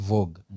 Vogue